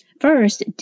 First